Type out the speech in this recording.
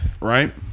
right